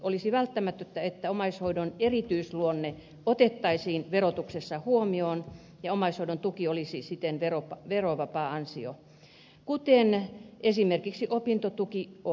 olisi välttämätöntä että omaishoidon erityisluonne otettaisiin verotuksessa huomioon ja omaishoidon tuki olisi siten verovapaa ansio kuten esimerkiksi opintotuki on